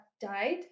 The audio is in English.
died